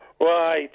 Right